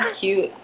cute